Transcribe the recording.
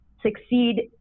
Succeed